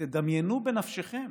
תדמיינו בנפשכם